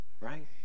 right